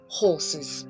horses